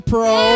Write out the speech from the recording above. Pro